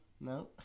No